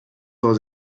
vor